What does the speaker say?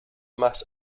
más